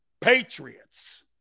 Patriots